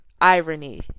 irony